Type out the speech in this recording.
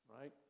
right